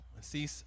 see